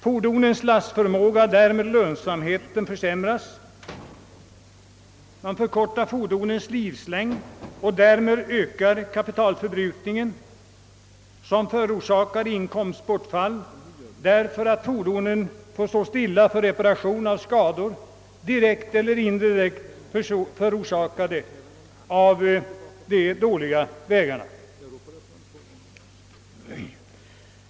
Fordonens lastförmåga och därmed lönsamheten försämras, fordonens livslängd förkortas, och därmed ökar kapitalförbrukningen. Inkomstbortfall förorsakas av att fordonen får stå stilla för reparation av skadar, direkt eller indirekt förorsakade av: de dåliga vägarna.